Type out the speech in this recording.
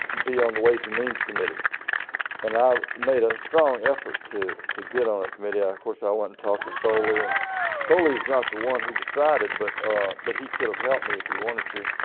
be on the ways and means committee and i made a strong effort to to get on that ah committee. ah course i went and talked to foley and foley was not the one who decided but but he could have helped me if he wanted to.